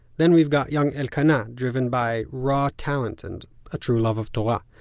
then we've got young elkana driven by raw talent, and a true love of torah.